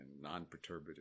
non-perturbative